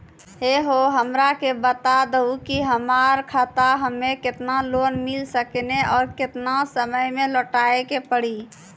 है हो हमरा के बता दहु की हमार खाता हम्मे केतना लोन मिल सकने और केतना समय मैं लौटाए के पड़ी?